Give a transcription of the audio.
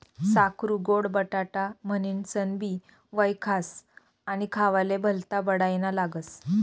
साकरु गोड बटाटा म्हनीनसनबी वयखास आणि खावाले भल्ता बडाईना लागस